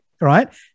right